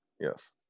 Yes